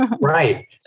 Right